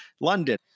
London